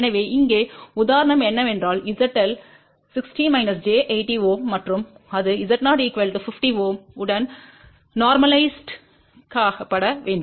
எனவே இங்கே உதாரணம் என்னவென்றால் ZL 60 j 80 Ω மற்றும் அது Z0 50 Ω உடன் நோர்மலைஸ்கப்பட வேண்டும்